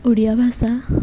ଓଡ଼ିଆ ଭାଷା